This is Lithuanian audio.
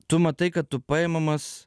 tu matai kad tu paimamas